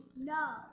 No